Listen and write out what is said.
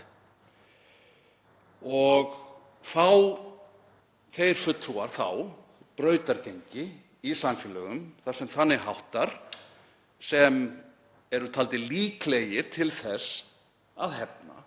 fá þeir fulltrúar þá brautargengi í samfélögum þar sem þannig háttar sem eru taldir líklegir til þess að hefna,